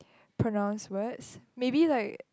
pronouns words maybe like